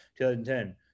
2010